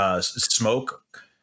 smoke